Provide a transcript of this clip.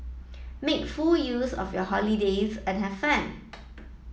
make full use of your holidays and have fun